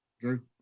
Drew